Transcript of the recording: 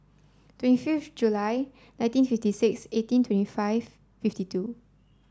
twenty five July nineteen fifty six eighteen twenty five fifty two